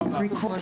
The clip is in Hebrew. הישיבה ננעלה בשעה